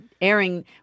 airing